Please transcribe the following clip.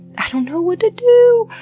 i don't know what to do.